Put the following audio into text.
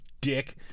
dick